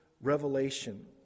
revelation